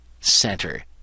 center